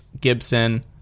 Gibson